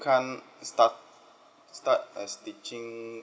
can't start start uh teaching